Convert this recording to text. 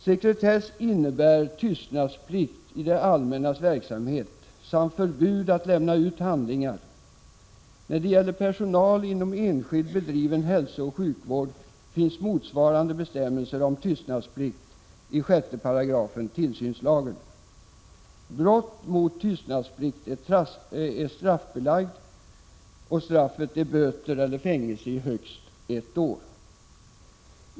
Sekretess innebär tystnadsplikt i det allmännas verksamhet samt förbud att lämna ut handlingar. När det gäller personal inom enskild bedriven hälsooch sjukvård finns motsvarande bestämmelser om tystnadsplikt i 6 § tillsynslagen. Brott mot tystnadsplikt är straffbelagt ———. Straffet är böter eller fängelse i högst ett år.